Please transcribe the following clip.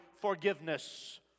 forgiveness